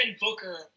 Booker